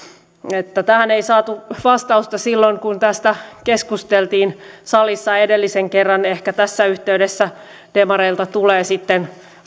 tähän ei saatu vastausta silloin kun tästä keskusteltiin salissa edellisen kerran ehkä tässä yhteydessä demareilta tulee sitten